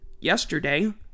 yesterday